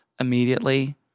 immediately